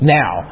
now